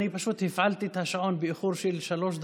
אני פשוט כבר הפעלתי את השעון באיחור של שלוש דקות,